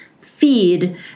feed